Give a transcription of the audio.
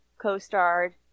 co-starred